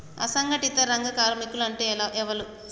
అసంఘటిత రంగ కార్మికులు అంటే ఎవలూ?